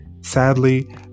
Sadly